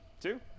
two